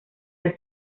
del